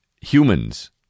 humans